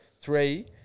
Three